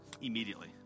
immediately